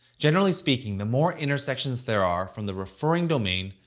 generally speaking, the more intersections there are from the referring domain,